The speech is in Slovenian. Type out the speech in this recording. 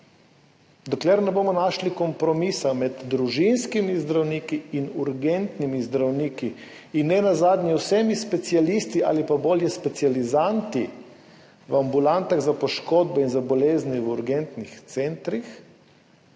dokler ne bomo našli kompromisa med družinskimi zdravniki in urgentnimi zdravniki in nenazadnje vsemi specialisti ali pa bolje specializanti v ambulantah za poškodbe in za bolezni v urgentnih centrih,